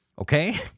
Okay